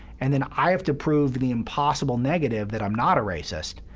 and then i have to prove the impossible negative that i'm not a racist.